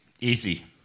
Easy